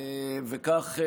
וכך,